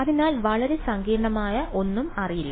അതിനാൽ വളരെ സങ്കീർണ്ണമായ ഒന്നും അറിയില്ല